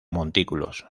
montículos